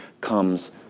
comes